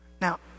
Now